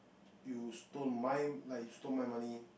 you stole mine like you stole my money